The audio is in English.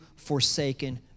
forsaken